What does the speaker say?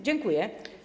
Dziękuję.